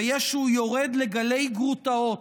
ויש שהוא יורד לגלי גרוטאות,